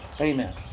Amen